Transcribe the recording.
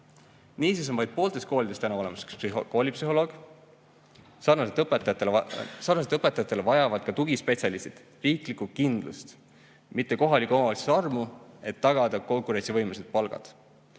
Niisiis on vaid pooltes koolides täna olemas koolipsühholoog. Sarnaselt õpetajatega vajavad ka tugispetsialistid riiklikku kindlust, mitte kohalike omavalitsuste armu, et tagada konkurentsivõimelised palgad.